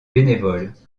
bénévoles